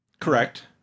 Correct